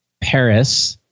Paris